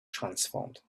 transformed